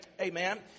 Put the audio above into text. Amen